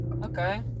Okay